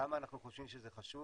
למה אנחנו חושבים שזה חשוב?